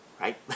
right